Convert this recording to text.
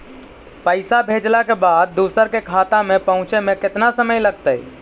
पैसा भेजला के बाद दुसर के खाता में पहुँचे में केतना समय लगतइ?